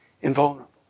invulnerable